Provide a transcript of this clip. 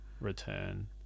return